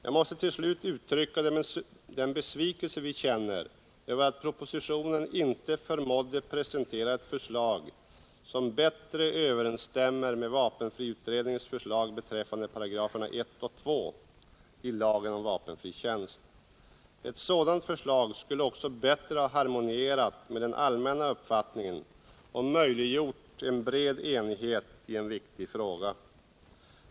Jag måste till slut uttrycka den besvikelse vi känner över att propositionen inte förmådde presentera ett förslag som bättre överensstämmer med vapenfriutredningens förslag beträffande paragraferna 1 och 2 i lagen om vapenfri tjänst. Ett sådant förslag skulle också bättre ha harmonierat med den allmänna uppfattningen och möjliggjort en bred enighet i en viktig fråga.